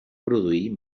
produir